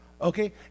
Okay